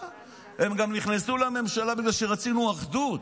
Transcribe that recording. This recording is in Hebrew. הם גם נכנסו לממשלה בגלל שרצינו אחדות,